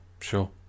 sure